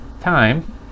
time